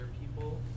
people